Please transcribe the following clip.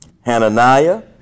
Hananiah